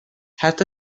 حتی